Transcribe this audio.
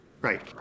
right